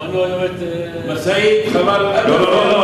שמענו היום את, אל תפריע לו.